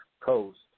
Coast